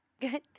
good